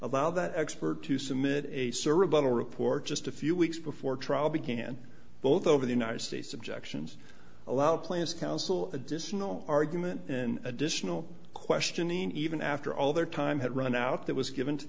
allow that expert to submit a cerebral report just a few weeks before trial began both over the united states objections allow players counsel additional argument and additional questioning even after all their time had run out that was given to